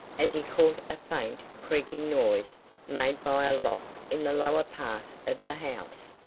as he caught a faint creaking noise made by a lock in the lower part of the house.